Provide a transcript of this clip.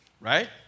right